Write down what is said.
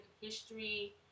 history